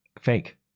fake